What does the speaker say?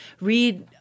read